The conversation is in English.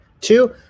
Two